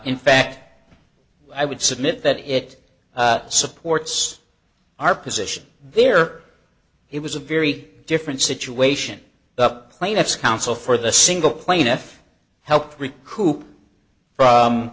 in fact i would submit that it supports our position there he was a very different situation the plaintiff's counsel for the single plaintiff help recoup from